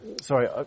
Sorry